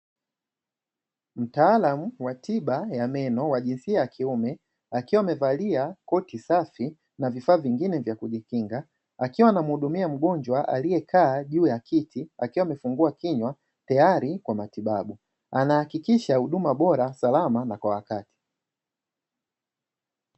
Mtaalamu wa tiba ya meno wa jinsia ya kiume, akiwa amevalia koti safi na vifaa vingine vya kujikinga, akiwa anamhudumia mgonjwa aliyekaa juu ya kiti akiwa amefungua kinywa tayari kwa matibabu, anahakikisha huduma bora, salama, na kwa wakati.